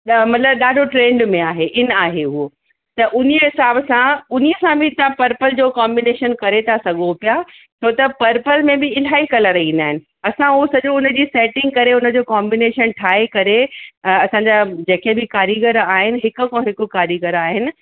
त मतिलबु ॾाढो ट्रेंड में आहे इन आहे उहो त उन हिसाब सां उन सां बि तव्हां पर्पल जो कॉम्बीनेशन करे था सघो पिया छो त पर्पल में बि इलाही कलर ईंदा आहिनि असां उहो सॼो उन जी सैटिंग करे उन जो कॉम्बीनेशन ठाहे करे असांजा जेके बि कारीगर आहिनि हिक खां हिकु कारीगर आहिनि